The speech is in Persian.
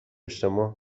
اجتماع